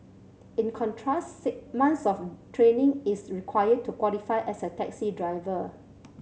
in contrast months of training is required to qualify as a taxi driver